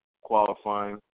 qualifying